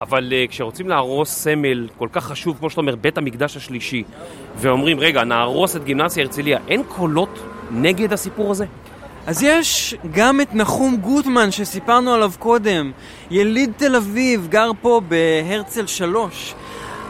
אבל כשרוצים להרוס סמל כל כך חשוב, כמו שאתה אומר, בית המקדש השלישי ואומרים, רגע, נהרוס את גימנסיה הרצליה, אין קולות נגד הסיפור הזה? אז יש גם את נחום גוטמן, שסיפרנו עליו קודם, יליד תל אביב, גר פה בהרצל שלוש.